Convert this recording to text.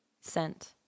sent